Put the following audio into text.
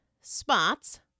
spots